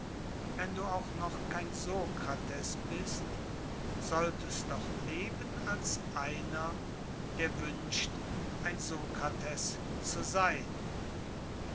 wenn du auch noch kein sokrates bist solltest doch leben als einer der wünscht ein sokrates zu sein